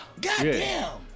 Goddamn